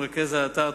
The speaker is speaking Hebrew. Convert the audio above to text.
מרכז האתר,